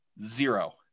Zero